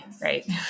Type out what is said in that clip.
right